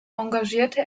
engagierte